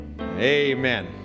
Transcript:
Amen